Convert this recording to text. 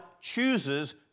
chooses